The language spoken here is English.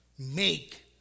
Make